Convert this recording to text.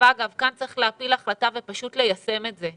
אגב, כאן צריך להפעיל החלטה ופשוט ליישם את זה.